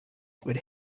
would